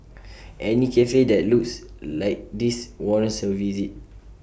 any Cafe that looks like this warrants A visit